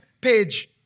page